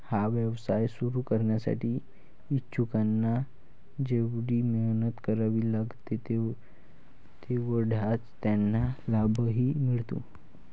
हा व्यवसाय सुरू करण्यासाठी इच्छुकांना जेवढी मेहनत करावी लागते तेवढाच त्यांना लाभही मिळतो